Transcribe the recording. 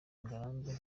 ngarambe